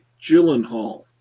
Gyllenhaal